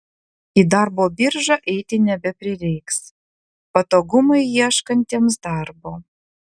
į darbo biržą eiti nebeprireiks patogumai ieškantiems darbo